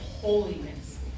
holiness